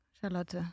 Charlotte